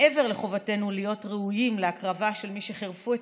מעבר לחובתנו להיות ראויים להקרבה של מי שחירפו את